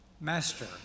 Master